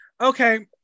Okay